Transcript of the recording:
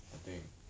what thing